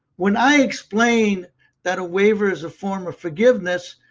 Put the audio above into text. when i explain that a waiver is a form of forgiveness,